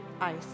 Ice